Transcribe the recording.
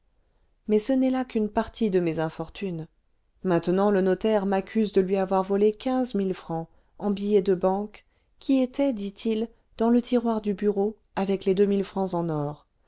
mais ce n'est là qu'une partie de mes infortunes maintenant le notaire m'accuse de lui avoir volé quinze mille francs en billets de banque qui étaient dit-il dans le tiroir du bureau avec les deux mille francs en or